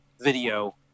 video